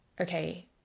Okay